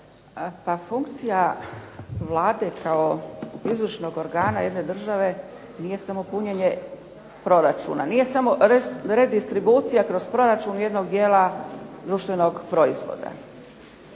Pa funkcija Vlade kao izvršnog organa jedne države nije samo punjenje proračuna, nije samo redistribucija kroz proračun jednog dijela društvenog proizvoda.